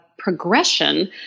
progression